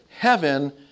heaven